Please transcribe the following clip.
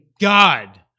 God